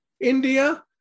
india